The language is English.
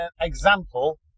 example